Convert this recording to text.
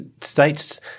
states –